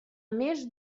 més